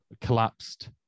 collapsed